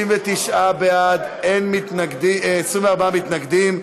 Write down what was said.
39 בעד, 24 מתנגדים.